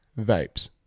Vapes